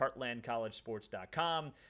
heartlandcollegesports.com